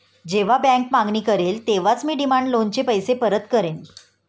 जेव्हा बँक मागणी करेल तेव्हाच मी डिमांड लोनचे पैसे परत करेन